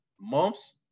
months